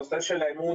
הנושא של האמון,